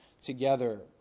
together